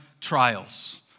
trials